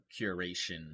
curation